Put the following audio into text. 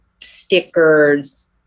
stickers